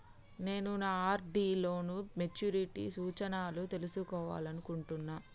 నేను నా ఆర్.డి లో నా మెచ్యూరిటీ సూచనలను తెలుసుకోవాలనుకుంటున్నా